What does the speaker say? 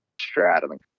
straddling